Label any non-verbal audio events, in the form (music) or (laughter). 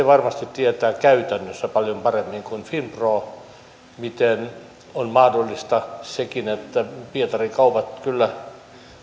(unintelligible) varmasti tietää käytännössä paljon paremmin kuin finpro miten on mahdollista sekin että pietarin kaupat kyllä